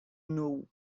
know